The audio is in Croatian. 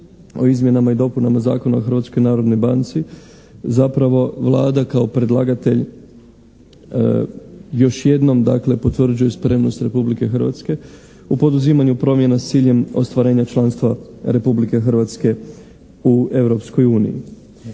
o izmjenama i dopunama Zakona o Hrvatskoj narodnoj banci zapravo Vlada kao predlagatelj još jednom dakle potvrđuje spremnost Republike Hrvatske u poduzimanju promjena s ciljem ostvarenja članstva Republike Hrvatske u